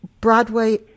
Broadway